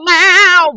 now